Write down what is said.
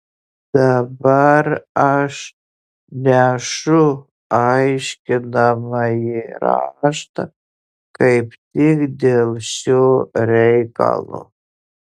dabar aš nešu aiškinamąjį raštą kaip tik dėl šio reikalo